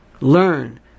Learn